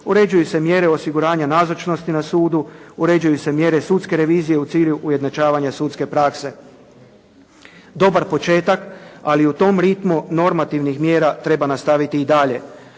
Uređuju se mjere osiguranja nazočnosti na sudu. Uređuju se mjere sudske revizije u cilju ujednačavanja sudske prakse. Dobar početak, ali u tom ritmu normativnih mjera treba nastaviti i dalje.